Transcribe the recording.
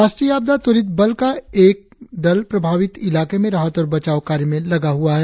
राष्ट्रीय आपदा त्वरित बल का एक दल प्रभावित इलाके में राहत और बचाव कार्य में लगा हुआ है